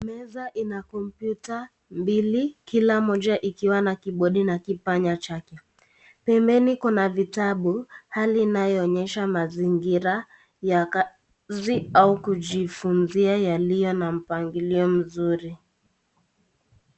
Meza ina kompyuta mbili, kila moja ikiwa na kibodi na kipanya chake. Pembeni kuna vitabu hali inayoonyesha mazingira ya kazi au kujifunzia yaliyo na mpangilio mzuri.